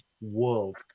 world